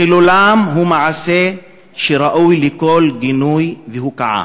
חילולם הוא מעשה שראוי לכל גינוי והוקעה.